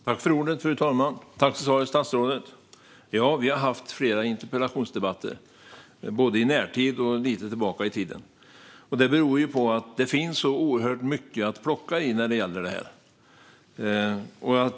Fru talman! Tack för svaret, statsrådet! Vi har haft flera interpellationsdebatter, både i närtid och lite tillbaka i tiden. Detta beror på att det finns oerhört mycket att plocka i när det gäller det här.